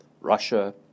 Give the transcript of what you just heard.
Russia